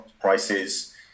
prices